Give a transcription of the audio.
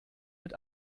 mit